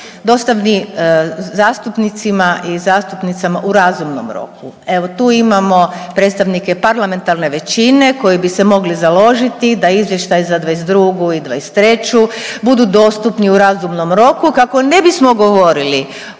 dostavi zastupnicima i zastupnicama u razumnom roku. Evo tu imamo predstavnike parlamentarne većine koji bi se mogli založiti da izvještaj za '22. i '23. budu dostupni u razumnom roku kako ne bismo govorili